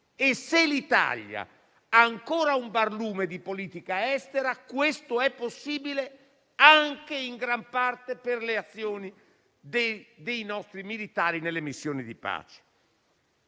E se l'Italia ha ancora un barlume di politica estera, questo è possibile anche e in gran parte per le azioni dei nostri militari nelle missioni di pace.